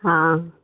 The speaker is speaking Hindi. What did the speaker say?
हाँ